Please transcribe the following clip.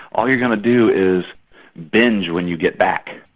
all you're going to do is binge when you get back,